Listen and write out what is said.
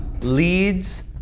leads